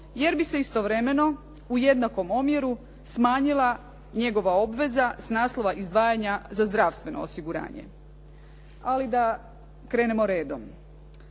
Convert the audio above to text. jer bi se istovremeno u jednakom omjeru smanjila njegova obveza s naslova izdvajanja za zdravstveno osiguranje. Ali da krenemo redom.